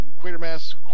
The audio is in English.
Quatermass